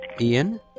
Ian